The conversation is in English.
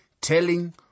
telling